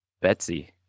Betsy